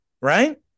Right